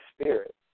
spirit